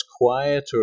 quieter